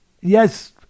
yes